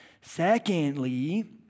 Secondly